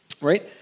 right